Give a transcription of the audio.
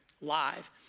live